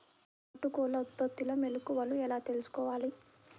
నాటుకోళ్ల ఉత్పత్తిలో మెలుకువలు ఎలా తెలుసుకోవాలి?